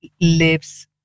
lives